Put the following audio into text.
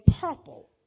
purple